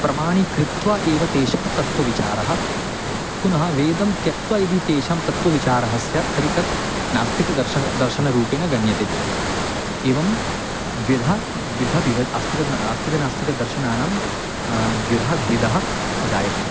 प्रमाणं कृत्वा एव तेषां तत्त्वविचारः पुनः वेदं त्यक्त्वा यदि तेषां तत्त्वविचारः स्यात् तर्हि तत् नास्तिकदर्शनं दर्शनरूपेण गण्यते एवं द्विधा द्विधा बिव आस्तिकम् आस्तिकनास्तिकदर्शनानां द्विधा भेदः जायते